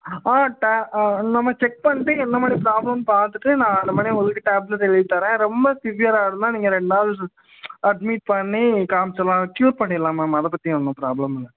ஆ ட நம்ம செக் பண்ணிட்டு என்னமாதிரி ப்ராப்ளம் பார்த்துட்டு நான் அதுமாதிரி உங்களுக்கு டேப்லெட் எழுதி தரேன் ரொம்ப சிவியராக இருந்தால் நீங்கள் ரெண்டு நாள் அட்மிட் பண்ணி காமிச்சிரலாம் க்யூர் பண்ணிடலாம் மேம் அது பற்றி ஒன்றும் ப்ராப்ளம் இல்லை